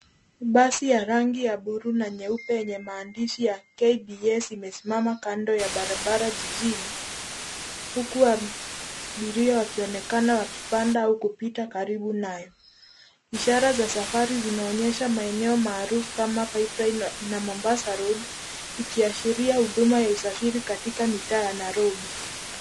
Basi ya rangi ya buluu na nyeupe yenye maandishi ya KBS imesimama kando ya barabara jijini, huku wakionekana wakipanda au kupita karibu nayo. Ishara za safari zinaonyesha maeneo maarufu kama Pipeline na Mombasa road ikiashiria huduma ya usafiri katika mitaa ya Nairobi.